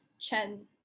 Chen